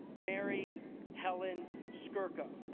mary helen skorca